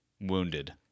wounded